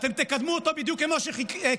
אתם תקדמו אותו בדיוק כמו שקידמתם